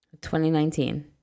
2019